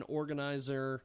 organizer